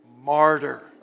Martyr